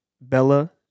Bella